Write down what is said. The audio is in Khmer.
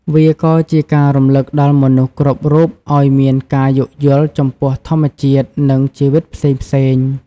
វាក៏ជាការរំលឹកដល់មនុស្សគ្រប់រូបឱ្យមានការយោគយល់ចំពោះធម្មជាតិនិងជីវិតផ្សេងៗ។